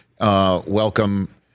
Welcome